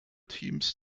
teams